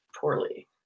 poorly